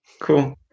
Cool